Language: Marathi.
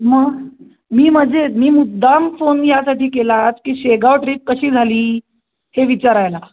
मग मी मजेत मी मुद्दाम फोन यासाठी केलात की शेगाव ट्रीप कशी झाली हे विचारायला